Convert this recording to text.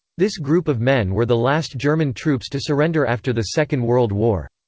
this group of men were the last german troops to surrender after the second world war.